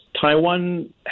Taiwan